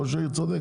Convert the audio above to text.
ראש העיר צודק,